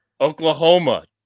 Oklahoma